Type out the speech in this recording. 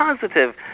positive